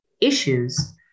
Issues